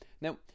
now